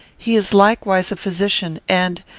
he is likewise a physician and,